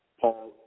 Paul